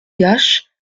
gaches